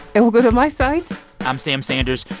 and we're good on my side i'm sam sanders.